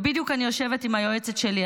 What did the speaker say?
ובדיוק אני יושבת עם היועצת שלי,